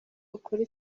ukore